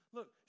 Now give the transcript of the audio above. Look